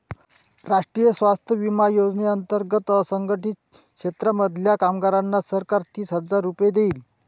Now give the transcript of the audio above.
राष्ट्रीय स्वास्थ्य विमा योजने अंतर्गत असंघटित क्षेत्रांमधल्या कामगारांना सरकार तीस हजार रुपये देईल